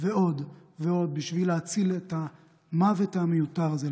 ועוד ועוד בשביל להציל מהמוות המיותר הזה,